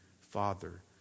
Father